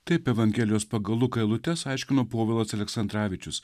taip evangelijos pagal luką eilutes aiškino povilas aleksandravičius